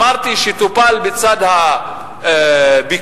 אמרתי שטופל צד הביקוש,